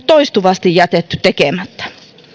toistuvasti tekemättä